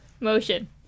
motion